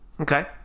Okay